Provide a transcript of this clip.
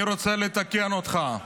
אני רוצה לתקן אותך.